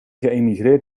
geëmigreerd